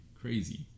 Crazy